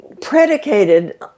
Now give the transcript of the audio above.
predicated